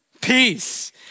Peace